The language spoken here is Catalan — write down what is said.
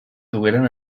dugueren